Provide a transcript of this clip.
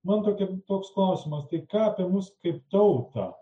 man tokia toks klausimas tai ką apie mus kaip tautą